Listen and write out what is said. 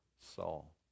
Saul